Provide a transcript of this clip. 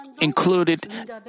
included